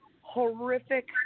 horrific